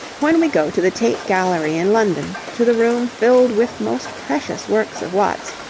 when we go to the tate gallery in london, to the room filled with most precious works of watts,